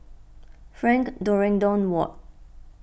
Frank Dorrington Ward